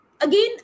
again